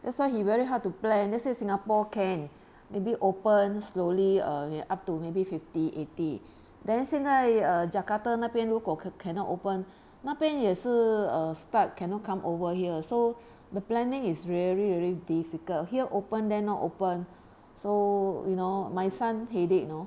that's why he very hard to plan let's say singapore can maybe open slowly ugh up to maybe fifty eighty then 现在 uh jakarta 那边如果 can cannot open 那边也是 err start cannot come over here so the planning is really really difficult here open there not open so you know my son headache you know